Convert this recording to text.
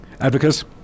Advocates